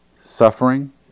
suffering